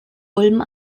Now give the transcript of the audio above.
ulm